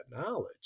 knowledge